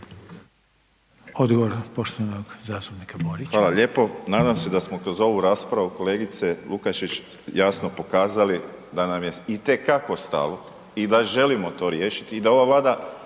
**Borić, Josip (HDZ)** Hvala lijepo. Nadam se da smo kroz ovu raspravu kolegice Lukačić jasno pokazali da nam je i te kako stalo i da želimo to riješiti i da ova Vlada,